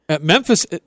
Memphis